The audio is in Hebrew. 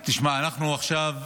תשמע, אנחנו עכשיו,